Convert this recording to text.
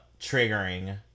triggering